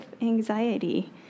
anxiety